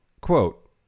quote